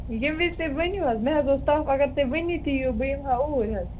ییٚمہِ وِز تُہۍ ؤنِو حظ مےٚ حظ اوس تَپھ اگر تُہۍ وُنی تہِ یِیِو بہٕ یِمہٕ ہا اوٗرۍ حظ